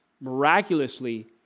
miraculously